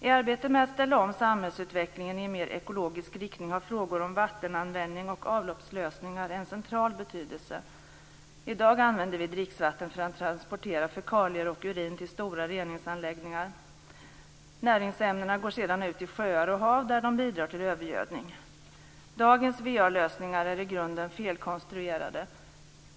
I arbetet med att ställa om samhällsutvecklingen i en mer ekologisk riktning har frågor om vattenanvändning och avloppslösningar en central betydelse. I dag använder vi dricksvatten för att transportera fekalier och urin till stora reningsanläggningar. Näringsämnena går sedan ut i sjöar och hav där de bidrar till övergödning. Dagens va-lösningar är i grunden felkonstruerade.